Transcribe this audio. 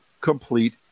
complete